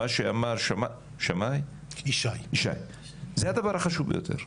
מה שאמר ישי, זה הדבר החשוב ביותר.